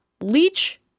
Leech